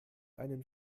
einen